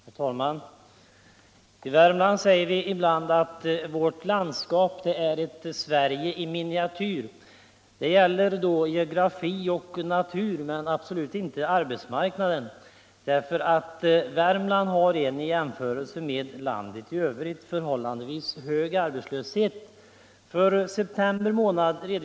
Herr talman! I Värmland säger vi ibland att vårt landskap är ett Sverige i miniatyr. Det gäller geografi och natur, men absolut inte arbetsmarknaden, därför att Värmland har en i jämförelse med landet i övrigt förhållandevis hög arbetslöshet.